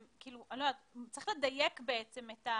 צריך לדייק את העבירה.